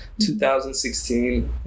2016